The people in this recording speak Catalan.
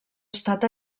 estat